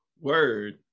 word